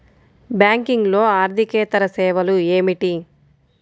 బ్యాంకింగ్లో అర్దికేతర సేవలు ఏమిటీ?